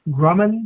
Grumman